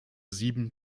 sieben